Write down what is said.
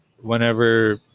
whenever